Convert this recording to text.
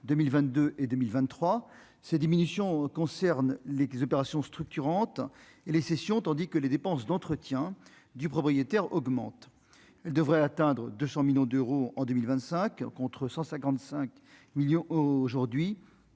22 et 2023 ces diminutions concernent les opérations structurantes et les cessions tandis que les dépenses d'entretien du propriétaire augmente, elle devrait atteindre 200 millions d'euros en 2025 contre 155 millions aujourd'hui,